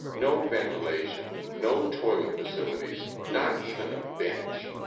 no ventilation, no toilet facilities, not even a bench.